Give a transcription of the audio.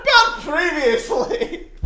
previously